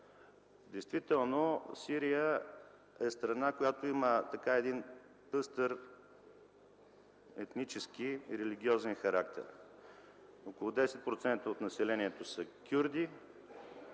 Действително Сирия е страна, която има един пъстър етнически и религиозен характер – около 10% от населението са кюрди